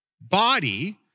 body